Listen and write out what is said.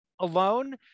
alone